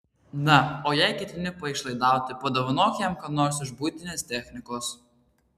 na o jei ketini paišlaidauti padovanok jam ką nors iš buitinės technikos